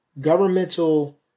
governmental